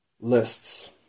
lists